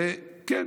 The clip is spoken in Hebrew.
כן,